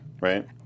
right